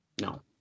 No